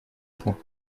point